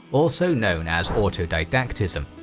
also known as autodidactism.